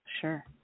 Sure